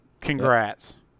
Congrats